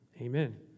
Amen